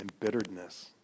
embitteredness